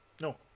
No